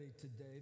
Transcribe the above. today